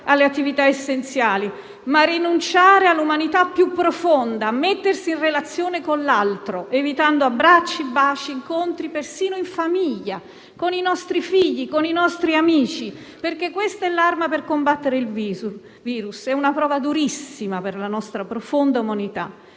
«alle attività essenziali», ma all'umanità più profonda, a mettersi in relazione con l'altro, evitando abbracci, baci e incontri persino in famiglia, con figli e nostri amici, perché questa è l'arma per combattere il virus. È una prova durissima per la nostra profonda umanità.